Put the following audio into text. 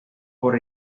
por